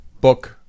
book